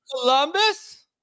Columbus